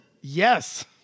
Yes